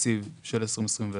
בתקציב של 2021,